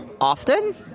often